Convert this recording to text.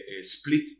split